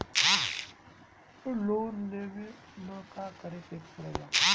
Loan लेबे ला का करे के पड़े ला?